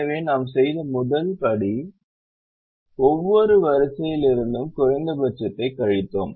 எனவே நாம் செய்த முதல் படி ஒவ்வொரு வரிசையிலிருந்தும் குறைந்தபட்சத்தைக் கழித்தோம்